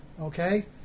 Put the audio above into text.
okay